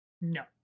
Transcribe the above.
No